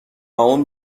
اون